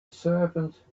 servant